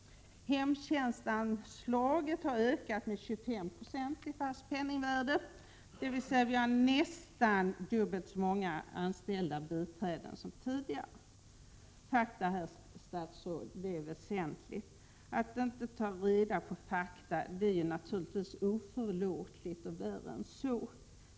Hemtjänstanslaget har ökat med 25 96 i fast penningvärde, dvs. vi har anställt nästan dubbelt så många biträden som tidigare. Detta är fakta, herr statsråd! De är väsentliga. Att inte ta reda på fakta är naturligtvis oförlåtligt — och värre än så!